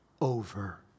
over